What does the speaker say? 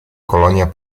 colonia